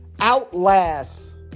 Outlast